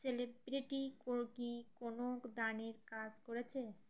celebrity কি কোনো দানের কাজ করেছে